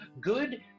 good